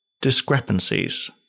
Discrepancies